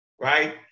right